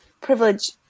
privilege